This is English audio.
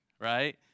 right